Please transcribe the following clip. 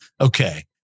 okay